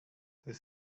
the